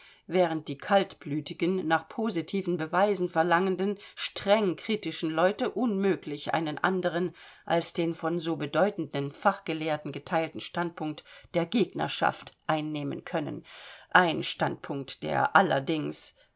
während die kaltblütigen nach positiven beweisen verlangenden streng kritischen leute unmöglich einen anderen als den von so bedeutenden fachgelehrten geteilten standpunkt der gegnerschaft einnehmen können ein standpunkt der allerdings